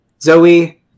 Zoe